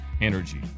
energy